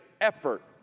effort